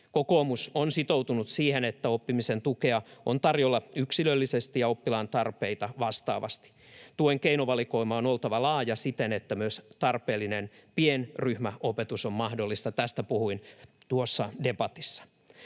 Kokoomus on sitoutunut siihen, että oppimisen tukea on tarjolla yksilöllisesti ja oppilaan tarpeita vastaavasti. Tuen keinovalikoiman on oltava laaja siten, että myös tarpeellinen pienryhmäopetus on mahdollista — tästä puhuin tuossa debatissa.